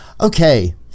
Okay